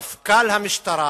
מפכ"ל המשטרה